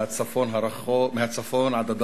מהצפון עד הדרום,